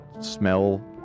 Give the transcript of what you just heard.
smell